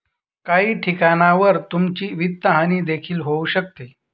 काही ठिकाणांवर तुमची वित्तहानी देखील होऊ शकते